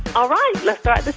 all right. let's start